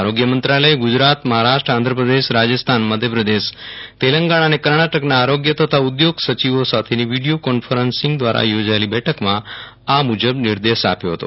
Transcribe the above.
આરોગ્ય મંત્રાલયે ગુજરાત મહારાષ્ટ્ર આંધ્રપ્રદેશ રાજસ્થાન મધ્યપ્રદેશ તેલંગણા અને કર્ણાટકના આરોગ્ય તથા ઉદ્યોગ સચિવો સાથેની વીડિયો કોન્ફરન્સિંગ દ્વારા યોજાયેલી બેઠકમાં આ મુજબ નિર્દેશ આપ્યો હતો